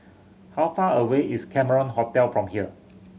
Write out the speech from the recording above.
how far away is Cameron Hotel from here